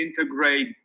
integrate